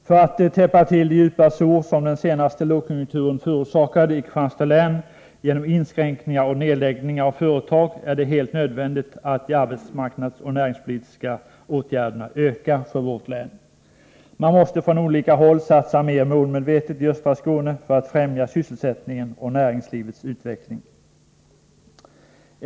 För att läka de djupa sår som den senaste lågkonjunkturen förorsakade i Kristianstads län genom inskränkningar och nedläggningar av företag är det helt nödvändigt att de arbetsmarknadsoch näringspolitiska åtgärderna för vårt län ökar. Man måste från olika håll satsa mer målmedvetet i östra Skåne för att främja sysselsättningen och näringslivets utveckling.